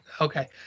Okay